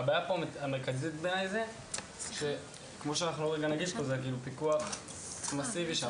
והבעיה המרכזית היא שצריך דווקא שם פיקוח מסיבי.